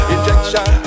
Injection